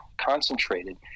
concentrated